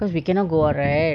cause we cannot go out right